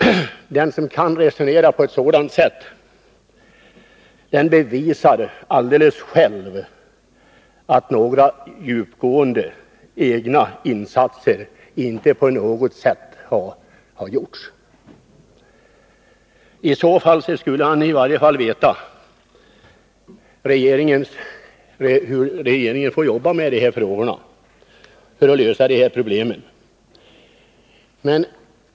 Den som kan resonera på ett sådant sätt bevisar själv att några djupgående egna insatser inte har gjorts. I så fall skulle han åtminstone veta hur regeringen får jobba med de här frågorna för att lösa problemen.